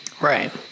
Right